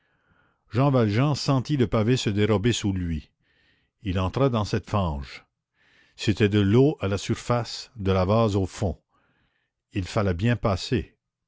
jean valjean sentit le pavé se dérober sous lui il entra dans cette fange c'était de l'eau à la surface de la vase au fond il fallait bien passer